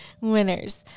Winners